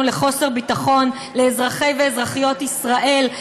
לחוסר ביטחון לאזרחי ואזרחיות ישראל,